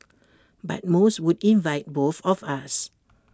but most would invite both of us